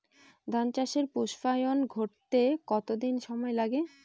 ধান চাষে পুস্পায়ন ঘটতে কতো দিন সময় লাগে?